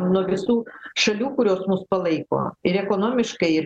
nuo visų šalių kurios mus palaiko ir ekonomiškai